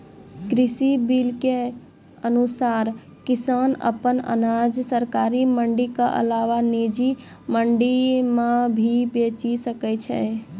कृषि बिल के अनुसार किसान अप्पन अनाज सरकारी मंडी के अलावा निजी मंडी मे भी बेचि सकै छै